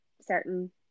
certain